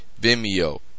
vimeo